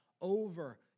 over